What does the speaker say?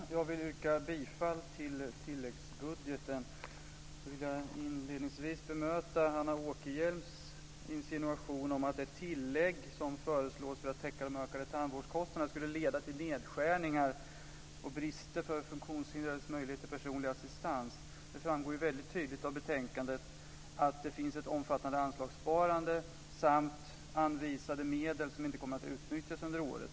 Fru talman! Jag yrkar bifall till tilläggsbudgeten. Inledningsvis vill jag bemöta Anna Åkerhielms insinuation om att det tillägg som föreslås för att täcka de ökade tandvårdskostnaderna skulle leda till nedskärningar och brister för funktionshindrades möjligheter till personlig assistans. Det framgår ju väldigt tydligt av betänkandet att det finns ett omfattande anslagssparande samt anvisade medel som inte kommer att utnyttjas under året.